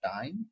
time